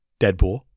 Deadpool